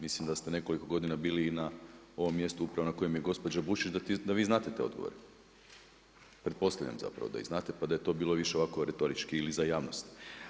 Mislim da ste nekoliko godina bili i na ovom mjestu upravo na kojem je gospođa Bušić da vi znate te odgovore, pretpostavljam zapravo da ih znate pa da je to bilo više ovako retorički ili za javnost.